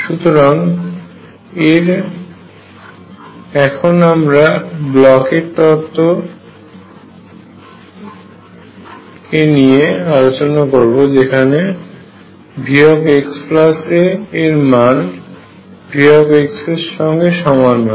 সুতরাং এখন আমরা ব্লকের তত্ত্বBlochs theorem কে নিয়ে আলোচনা করবো যেক্ষেত্রে Vxa এর মান V এর সঙ্গে সমান হয়